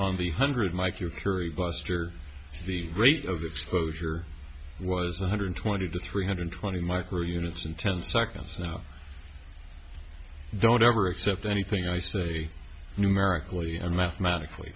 on the hundred mike you carry buster the rate of exposure was one hundred twenty to three hundred twenty micro units in ten seconds now don't ever accept anything i say numerically mathematically